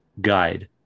guide